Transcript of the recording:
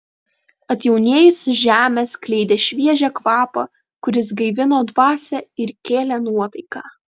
atjaunėjusi žemė skleidė šviežią kvapą kuris gaivino dvasią ir kėlė nuotaiką